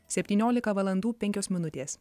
septyniolika valandų penkios minutės